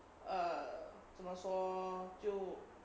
err 怎么说就